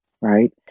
right